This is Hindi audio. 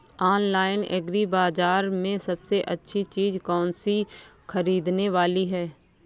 ऑनलाइन एग्री बाजार में सबसे अच्छी चीज कौन सी ख़रीदने वाली है?